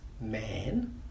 man